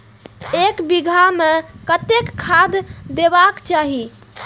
एक बिघा में कतेक खाघ देबाक चाही?